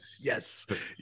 Yes